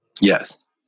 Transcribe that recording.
Yes